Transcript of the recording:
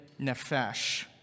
nefesh